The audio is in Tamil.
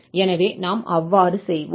எனவே நாம் அவ்வாறு செய்வோம்